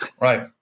Right